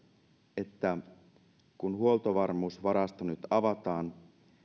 että kun huoltovarmuusvarasto nyt avataan